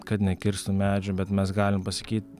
kad nekirstų medžių bet mes galim pasakyt